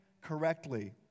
correctly